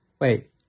Wait